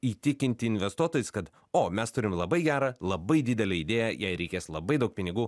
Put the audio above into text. įtikinti investuotojus kad o mes turim labai gerą labai didelę idėją jai reikės labai daug pinigų